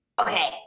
Okay